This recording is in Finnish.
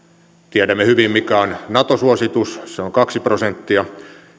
tiedämme hyvin mikä on nato suositus se on kaksi prosenttia